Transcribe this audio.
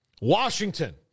Washington